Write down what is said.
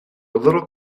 little